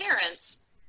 parents